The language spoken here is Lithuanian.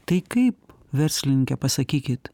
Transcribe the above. tai kaip verslininke pasakykit